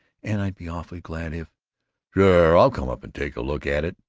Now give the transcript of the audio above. and i'd be awfully glad if sure! i'll come up and take a look at it.